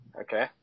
Okay